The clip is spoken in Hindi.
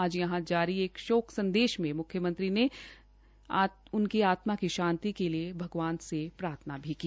आज यहां जारी एक शोक संदेश में मुख्यमंत्री ने दिवंगत आत्मा की शान्ति के लिए भगवान से प्रार्थना की